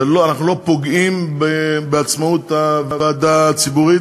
אנחנו לא פוגעים בעצמאות הוועדה הציבורית,